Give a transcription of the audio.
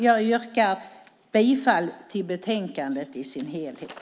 Jag yrkar bifall till förslaget i betänkandet i sin helhet.